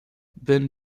ben